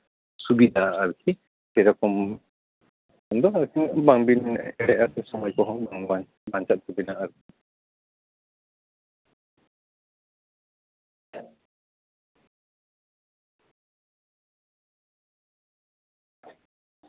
ᱥᱩᱵᱤᱫᱟ ᱟᱨᱠᱤ ᱥᱮᱨᱚᱠᱚᱢ ᱠᱷᱟᱱ ᱫᱚ ᱵᱟᱝᱵᱤᱱ ᱮᱲᱮᱜᱼᱟ ᱥᱮ ᱥᱚᱢᱚᱭ ᱠᱚᱦᱚᱸ ᱵᱟᱧᱪᱟᱜ ᱛᱟᱵᱤᱱᱟ ᱟᱨᱠᱤ